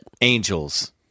Angels